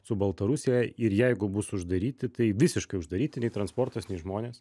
su baltarusija ir jeigu bus uždaryti tai visiškai uždaryti nei transportas nei žmonės